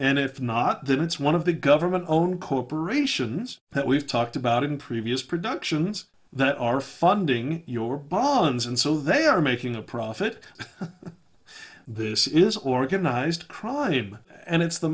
and if not then it's one of the government owned corporations that we've talked about in previous productions that are funding your bonds and so they are making a profit this is organized crime and it's the